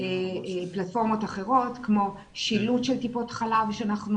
פלטפורמות אחרות כמו שילוט של טיפות חלב שאנחנו